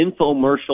infomercial